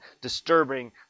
disturbing